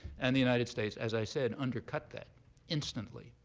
and the united states, as i said, undercut that instantly,